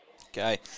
Okay